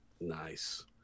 nice